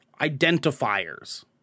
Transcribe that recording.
identifiers